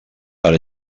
per